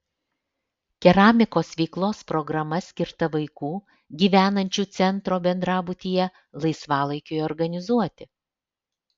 keramikos veiklos programa skirta vaikų gyvenančių centro bendrabutyje laisvalaikiui organizuoti